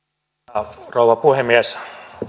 arvoisa rouva puhemies